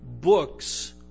books